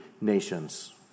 nations